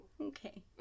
Okay